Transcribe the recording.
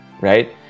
right